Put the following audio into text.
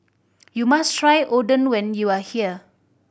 you must try Oden when you are here